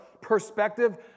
perspective